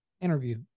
interview